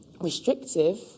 restrictive